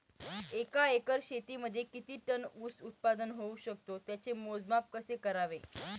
एका एकर शेतीमध्ये किती टन ऊस उत्पादन होऊ शकतो? त्याचे मोजमाप कसे करावे?